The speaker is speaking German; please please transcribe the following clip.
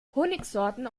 honigsorten